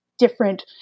different